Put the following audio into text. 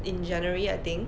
in january I think